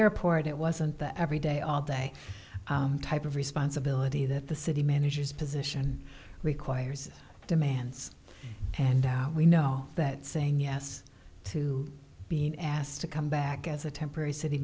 airport it wasn't the every day all day type of responsibility that the city managers position requires demands and now we know that saying yes to being asked to come back as a temporary city